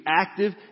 active